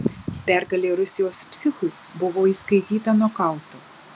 pergalė rusijos psichui buvo įskaityta nokautu